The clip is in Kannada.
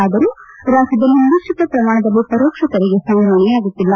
ಆದರೂ ರಾಜ್ಯದಲ್ಲಿ ನಿರೀಕ್ಷಿತ ಪ್ರಮಾಣದಲ್ಲಿ ಪರೋಕ್ಷ ತೆರಿಗೆ ಸಂಗ್ರಹಣೆಯಾಗುತ್ತಿಲ್ಲ